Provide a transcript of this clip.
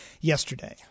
yesterday